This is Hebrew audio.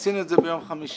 עשינו את זה ביום חמישי.